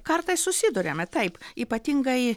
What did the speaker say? kartais susiduriame taip ypatingai